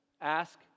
ask